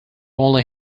only